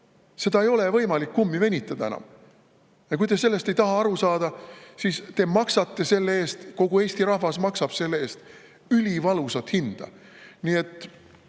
Enam ei ole võimalik kummi venitada. Ja kui te ei taha sellest aru saada, siis te maksate selle eest, kogu Eesti rahvas maksab selle eest ülivalusat hinda.